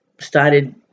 started